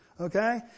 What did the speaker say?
okay